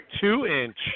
two-inch –